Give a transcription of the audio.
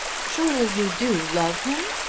surely you do love him.